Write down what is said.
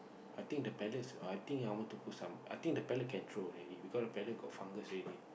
I think the palette I think I want to put some I think the palette can throw already because the palette got fungus already